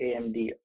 AMD